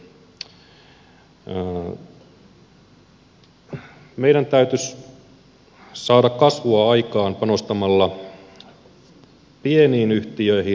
meidän täytyisi saada kasvua aikaan panostamalla pieniin yhtiöihin